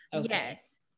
yes